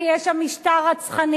כי יש שם משטר רצחני.